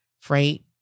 Freight